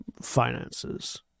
finances